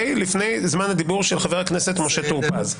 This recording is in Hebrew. לפני זמן הדיבור של חבר הכנסת משה טור פז.